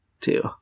Two